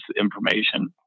information